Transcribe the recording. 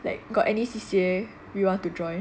like got any C_C_A we want to join